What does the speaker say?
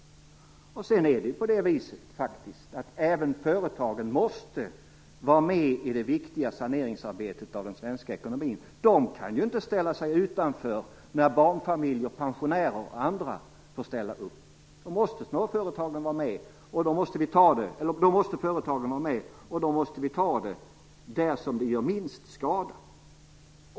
Även företagen måste ju faktiskt vara med i den viktiga saneringen av den svenska ekonomin. De kan inte ställa sig utanför när barnfamiljer, pensionärer och andra får ställa upp. Då måste företagen vara med, och då måste vi ta besparingarna där de gör minst skada.